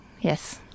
Yes